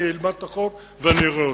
אני אלמד את החוק, ואני אראה אותו.